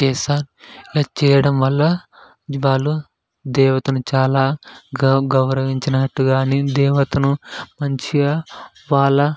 చేసా చేయడం వల్ల వాళ్ళు దేవతను చాలా గౌ గౌరవించినట్టు కాని దేవతను మంచిగా వాళ్ళ